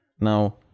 Now